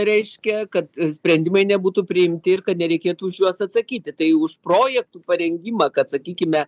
reiškia kad sprendimai nebūtų priimti ir kad nereikėtų už juos atsakyti tai už projektų parengimą kad sakykime